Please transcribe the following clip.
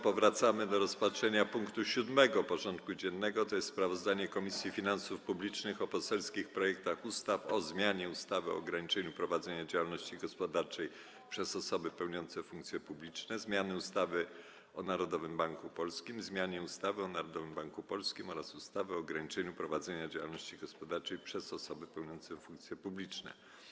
Powracamy do rozpatrzenia punktu 7. porządku dziennego: Sprawozdanie Komisji Finansów Publicznych o poselskich projektach ustaw o: - zmianie ustawy o ograniczeniu prowadzenia działalności gospodarczej przez osoby pełniące funkcje publiczne, - zmianie ustawy o Narodowym Banku Polskim, - zmianie ustawy o Narodowym Banku Polskim oraz ustawy o ograniczeniu prowadzenia działalności gospodarczej przez osoby pełniące funkcje publiczne.